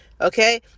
okay